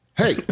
Hey